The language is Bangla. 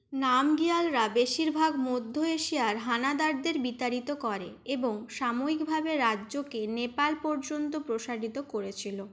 নামগিয়ালরা বেশিরভাগ মধ্য এশিয়ার হানাদারদের বিতাড়িত করে এবং সাময়িকভাবে রাজ্যকে নেপাল পর্যন্ত প্রসারিত করেছিল